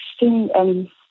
interesting